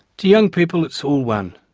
to young people it's all one,